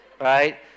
Right